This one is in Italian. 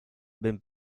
ben